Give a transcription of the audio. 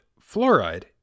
fluoride